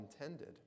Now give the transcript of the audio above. intended